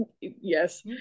Yes